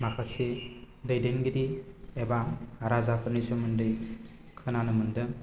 माखासे दैदेनगिरि एबा राजाफोरनि सोमोन्दै खोनानो मोन्दों